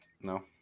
No